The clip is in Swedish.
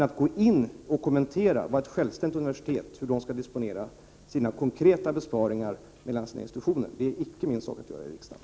Att gå in och kommentera hur ett självständigt universitet skall disponera sina konkreta besparingar mellan sina institutioner är icke min uppgift i riksdagen.